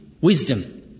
wisdom